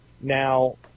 Now